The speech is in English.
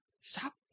Stop